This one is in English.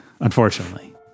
unfortunately